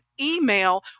email